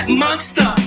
monster